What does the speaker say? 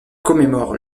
commémore